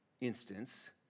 instance